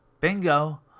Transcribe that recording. Bingo